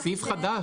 זה סעיף חדש.